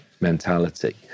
mentality